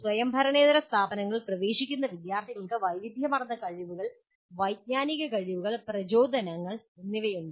സ്വയംഭരണേതര സ്ഥാപനങ്ങളിൽ പ്രവേശിക്കുന്ന വിദ്യാർത്ഥികൾക്ക് വൈവിധ്യമാർന്ന കഴിവുകൾ വൈജ്ഞാനിക കഴിവുകൾ പ്രചോദനങ്ങൾ എന്നിവയുണ്ട്